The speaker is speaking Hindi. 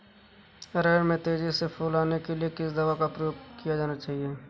अरहर में तेजी से फूल आने के लिए किस दवा का प्रयोग किया जाना चाहिए?